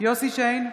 יוסף שיין,